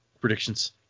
predictions